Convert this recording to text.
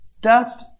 Dust